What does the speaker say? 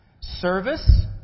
Service